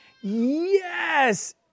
Yes